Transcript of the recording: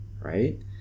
Right